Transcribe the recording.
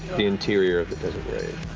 the interior of the rave.